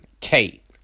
Kate